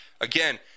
Again